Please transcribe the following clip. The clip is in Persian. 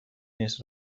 نیست